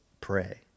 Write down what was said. pray